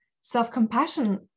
self-compassion